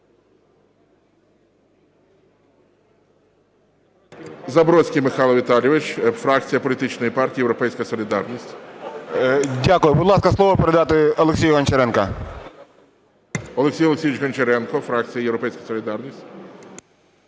Дякую. Будь ласка, слово передайте Олексію Гончаренку. ГОЛОВУЮЧИЙ. Олексій Олексійович Гончаренко, фракція "Європейська солідарність".